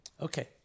Okay